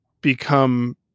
become